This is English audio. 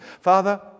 Father